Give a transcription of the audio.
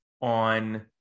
on